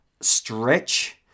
Stretch